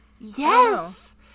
Yes